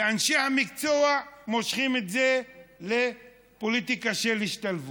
ואנשי המקצוע מושכים את זה לפוליטיקה של השתלבות.